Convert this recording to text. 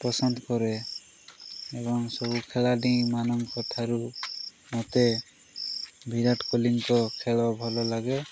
ପସନ୍ଦ କରେ ଏବଂ ସବୁ ଖେଳାଳି ମାନଙ୍କ ଠାରୁ ମୋତେ ବିରାଟ କୋହଲିଙ୍କ ଖେଳ ଭଲ ଲାଗେ